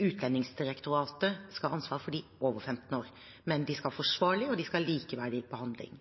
Utlendingsdirektoratet skal ha ansvar for dem over 15 år. Men de skal ha forsvarlig og likeverdig behandling.